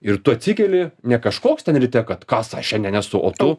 ir tu atsikeli ne kažkoks ten ryte kad kas aš šiandien esu o tu